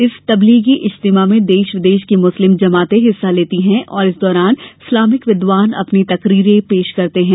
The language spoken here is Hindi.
इस तब्लीगी इज्तिमा में देश विदेश की मुस्लिम जमातें हिस्सा लेती हैं और इस दौरान इस्लाभिक विद्वान अपनी तकरीरें पेश करते हैं